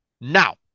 Now